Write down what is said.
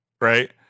right